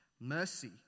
mercy